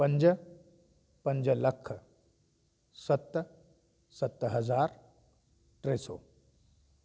पंज पंज लख सत सत हज़ार टे सौ